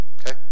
Okay